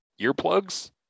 earplugs